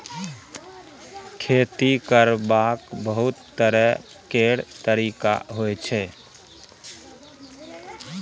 खेती करबाक बहुत तरह केर तरिका होइ छै